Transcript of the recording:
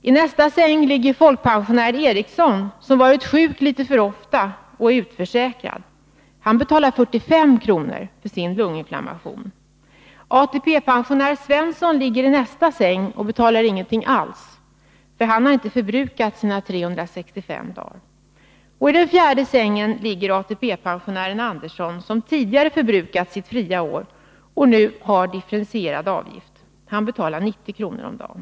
I nästa säng ligger folkpensionär Eriksson, som varit sjuk litet för ofta och är utförsäkrad. Han betalar 45 kr. för sin lunginflammation. ATP-pensionär Svensson ligger i nästa säng och betalar inget alls. Han har inte förbrukat sina 365 dagar. I den fjärde sängen ligger ATP-pensionären Andersson, som tidigare har förbrukat sitt fria år och nu har differentierad avgift. Han betalar 90 kr. om dagen.